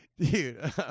dude